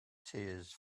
tears